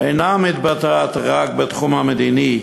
אינה מתבטאת רק בתחום המדיני,